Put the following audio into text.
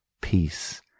peace